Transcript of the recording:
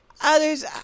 others